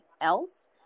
else